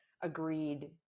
agreed